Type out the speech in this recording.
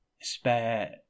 spare